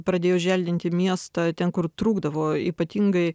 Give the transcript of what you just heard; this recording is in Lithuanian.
pradėjo želdinti miestą ten kur trūkdavo ypatingai